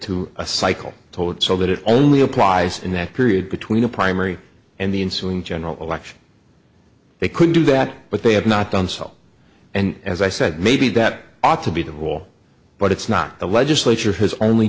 to a cycle told so that it only applies in that period between the primary and the ensuing general election they could do that but they have not done so and as i said maybe that ought to be the rule but it's not the legislature has only